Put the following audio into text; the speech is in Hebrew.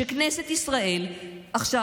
שכנסת ישראל עכשיו,